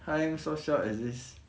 kind soft shell exist